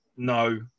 no